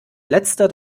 letzter